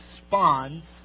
responds